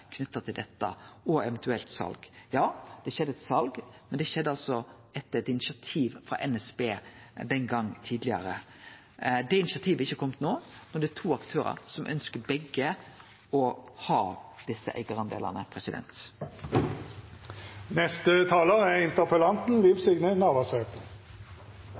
knytt til dette, og eventuelt sal. Ja, det skjedde eit sal, men det skjedde altså etter eit initiativ frå NSB den gongen. Det initiativet er ikkje kome no, men det er to aktørar som begge ønskjer å ha desse eigarandelane. Eg takkar statsråden for svaret, og eg er